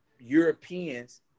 Europeans